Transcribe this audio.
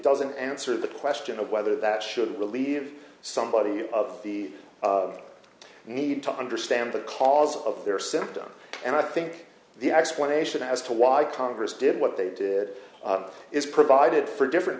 doesn't answer the question of whether that should relieve somebody of the need to understand the cause of their symptoms and i think the explanation as to why congress did what they did is provided for different